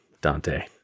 Dante